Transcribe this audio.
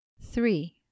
Three